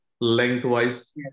lengthwise